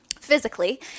physically